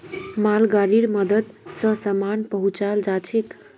मालगाड़ीर मदद स सामान पहुचाल जाछेक